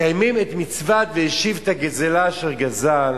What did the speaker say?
מקיימים את מצוות: והשיב את הגזלה אשר גזל,